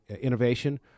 innovation